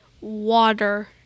Water